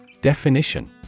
Definition